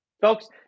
Folks